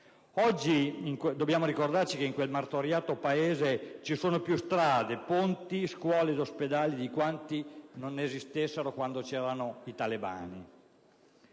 Oggi dobbiamo ricordarci che in quel martoriato Paese ci sono più strade, ponti, scuole ed ospedali di quanti non ne esistessero quando c'erano i talebani.